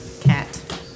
cat